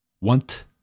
want